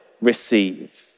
receive